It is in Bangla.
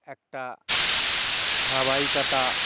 একটা ধারাবাহিকতা